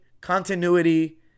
continuity